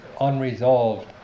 unresolved